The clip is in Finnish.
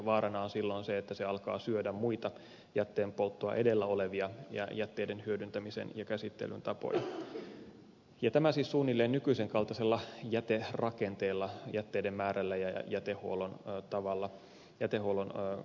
vaarana on silloin se että se alkaa syödä muita jätteenpolttoa edellä olevia jätteiden hyödyntämisen ja käsittelyn tapoja ja tämä siis suunnilleen nykyisen kaltaisella jäterakenteella jätteiden määrällä ja jätehuollon tavalla jätehuollon toteuttamisen tavalla